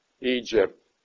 Egypt